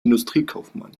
industriekaufmann